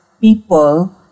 people